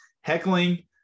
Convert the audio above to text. Heckling